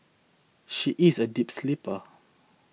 she is a deep sleeper